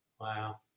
Wow